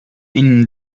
ihnen